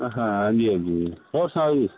ਅ ਹਾਂ ਹਾਂਜੀ ਹਾਂਜੀ ਹੋਰ ਸੁਣਾਓ ਜੀ